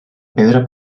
pedra